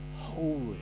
holy